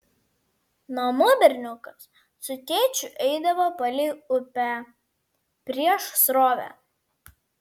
namo berniukas su tėčiu eidavo palei upę prieš srovę